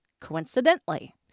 coincidentally